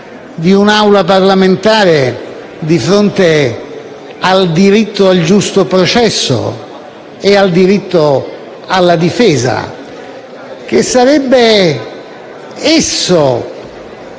di un'Assemblea parlamentare di fronte al diritto al giusto processo e al diritto alla difesa che finirebbe per